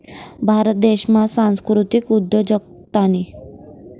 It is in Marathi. भारत देशमा सांस्कृतिक उद्योजकतानी